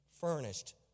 furnished